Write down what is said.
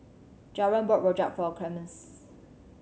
Javen bought rojak for Clemens